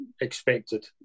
expected